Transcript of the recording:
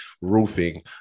Roofing